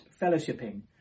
fellowshipping